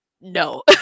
no